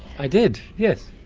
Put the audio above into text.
i did, yes.